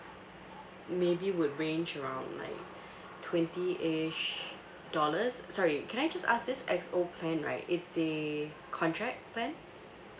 maybe would range around like twenty-ish dollars sorry can I just ask this X O plan right it's a contract plan